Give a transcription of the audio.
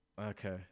Okay